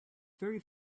very